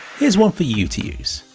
here's one for you to use.